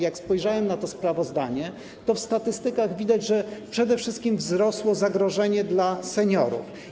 Jak spojrzałem na to sprawozdanie, to w statystykach widać, że przede wszystkim wzrosło zagrożenie dla seniorów.